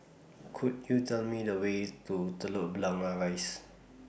Could YOU Tell Me The Way to Telok Blangah Rise